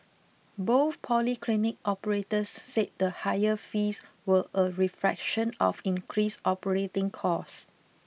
both polyclinic operators said the higher fees were a reflection of increased operating costs